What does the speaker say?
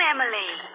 Emily